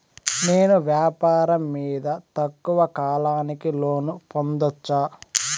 నేను వ్యాపారం మీద తక్కువ కాలానికి లోను పొందొచ్చా?